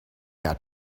that